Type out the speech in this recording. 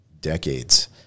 decades